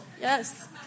Yes